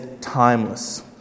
timeless